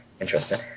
Interesting